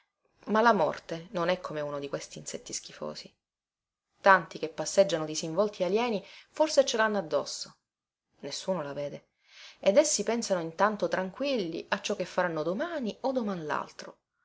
ma la morte non è come uno di questi insetti schifosi tanti che passeggiano disinvolti e alieni forse ce lhanno addosso nessuno la vede ed essi pensano intanto tranquilli a ciò che faranno domani o doman laltro